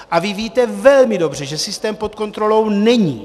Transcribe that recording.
A vy víte velmi dobře, že systém pod kontrolou není.